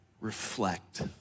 reflect